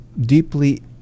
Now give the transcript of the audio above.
deeply